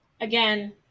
again